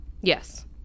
Yes